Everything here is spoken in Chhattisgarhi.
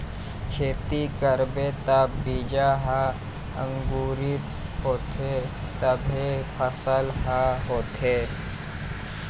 खेती करबे त बीजा ह अंकुरित होथे तभे फसल ह होथे